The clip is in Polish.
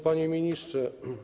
Panie Ministrze!